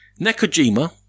Nekojima